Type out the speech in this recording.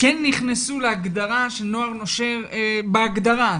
כן נכנסו להגדרה של נוער נושר, בהגדרה.